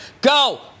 go